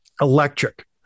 Electric